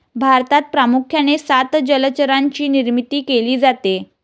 भारतात प्रामुख्याने सात जलचरांची निर्मिती केली जाते